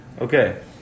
Okay